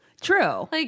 True